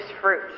fruit